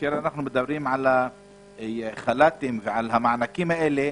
כאשר אנחנו מדברים על החל"תים והמענקים האלה,